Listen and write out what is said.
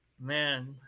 Man